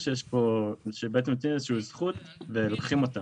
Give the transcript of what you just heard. לעומת זאת, ועדה רפואית של ביטוח לאומי, כן.